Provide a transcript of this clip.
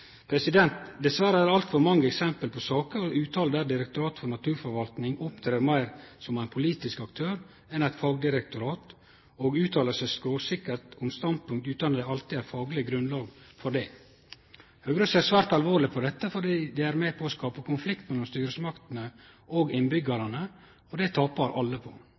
Dessverre er det altfor mange eksempel på saker og utsegner der Direktoratet for naturforvaltning opptrer meir som ein politisk aktør enn eit fagdirektorat som uttaler seg skråsikkert om standpunkt, utan at det alltid er fagleg grunnlag for det. Høgre ser svært alvorleg på dette fordi det er med på å skape konflikt mellom styresmaktene og innbyggjarane, og det taper alle på.